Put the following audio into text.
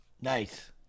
Nice